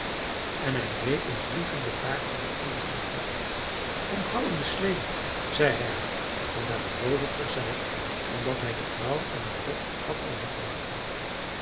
en hij reed in vliegende vaart naar de oude vrouw toe kom gauw in de sleê zei hij hard want hij was boos op zichzelf omdat hij de vrouw aan haar lot had overgelaten